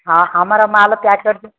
ହଁ ଆମର ମାଲ୍ ପ୍ୟାକ୍ କରିଦିଅ